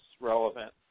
relevant